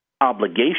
obligation